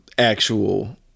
Actual